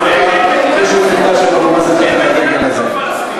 אין מדינה כזאת,